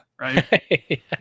right